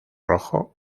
rojo